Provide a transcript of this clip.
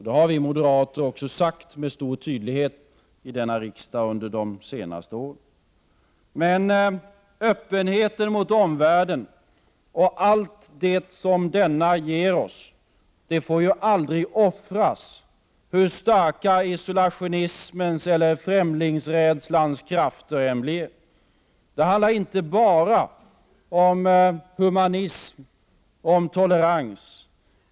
Det har vi moderater sagt med stor tydlighet i denna riksdag under de senaste åren. Men öppenheten mot omvärlden och allt det som denna ger oss får aldrig offras hur starka isolationismens och främlingsrädslans krafter än blir. Det handlar inte bara om humanism, om tolerans.